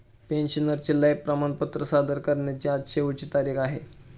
पेन्शनरचे लाइफ प्रमाणपत्र सादर करण्याची आज शेवटची तारीख आहे